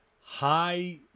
high